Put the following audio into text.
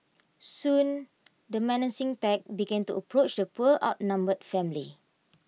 soon the menacing pack began to approach the poor outnumbered family